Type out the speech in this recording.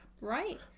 right